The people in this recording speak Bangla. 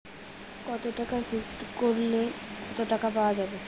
কত টাকা ফিক্সড করিলে কত টাকা পাওয়া যাবে?